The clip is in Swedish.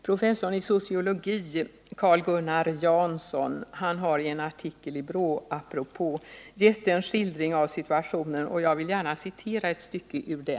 Professorn i sociologi Carl-Gunnar Janson har i en artikel i BRÅ-apropå gett en skildring av situationen, och jag vill citera ett stycke ur den.